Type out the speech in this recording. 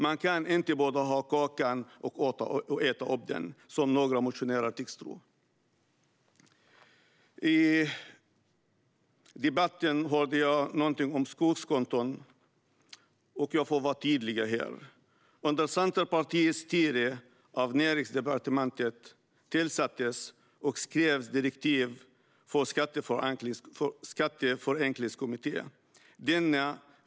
Man kan inte både ha kakan och äta upp den, som några motionärer tycks tro. I debatten hörde jag något om skogskonton, och här vill jag vara tydlig: Under Centerpartiets styre av Näringsdepartementet tillsattes och skrevs direktiv för skatteförenklingskommittén.